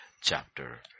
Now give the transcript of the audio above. chapter